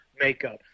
makeup